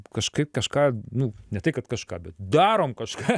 kažkaip kažką nu ne tai kad kažką bet darom kažką